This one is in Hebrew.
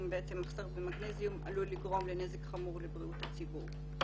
מחסור במגנזיום עלול לגרום לנזק חמור לבריאות הציבור.